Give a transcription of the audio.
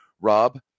Rob